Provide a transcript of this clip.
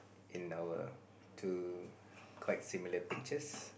in our two quite similar pictures